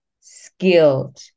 skilled